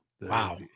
Wow